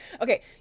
Okay